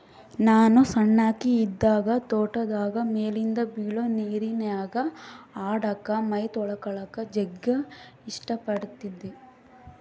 ನಾನು ಸಣ್ಣಕಿ ಇದ್ದಾಗ ತೋಟದಾಗ ಮೇಲಿಂದ ಬೀಳೊ ನೀರಿನ್ಯಾಗ ಆಡಕ, ಮೈತೊಳಕಳಕ ಜಗ್ಗಿ ಇಷ್ಟ ಪಡತ್ತಿದ್ದೆ